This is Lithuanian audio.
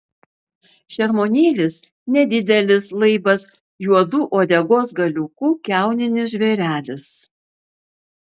šermuonėlis nedidelis laibas juodu uodegos galiuku kiauninis žvėrelis